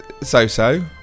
so-so